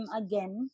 again